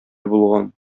булган